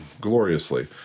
gloriously